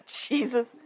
Jesus